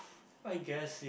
I guess